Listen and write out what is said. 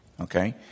Okay